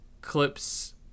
clips